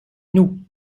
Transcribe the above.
nous